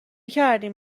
کردیم